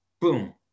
Boom